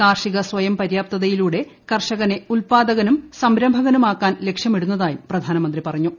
കാർഷിക സ്വയം പര്യാപ്തതയിലൂടെ കർഷകനെ ഉത്പാദകനും സംരംഭകനുമാക്കാൻ ലക്ഷ്യമിടുന്നതായും പ്രധാനമന്ത്രി പറഞ്ഞു